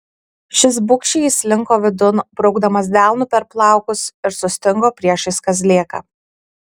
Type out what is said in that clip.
šis bugščiai įslinko vidun braukdamas delnu per plaukus ir sustingo priešais kazlėką